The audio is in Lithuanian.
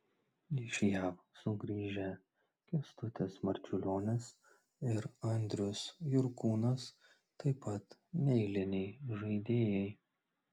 iš jav sugrįžę kęstutis marčiulionis ir andrius jurkūnas taip pat neeiliniai žaidėjai